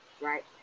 right